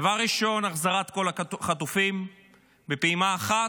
דבר ראשון, החזרת כל החטופים בפעימה אחת,